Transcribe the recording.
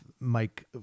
Mike